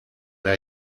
der